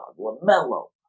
Lamelo